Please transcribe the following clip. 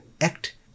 act